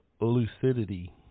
lucidity